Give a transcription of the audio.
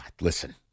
listen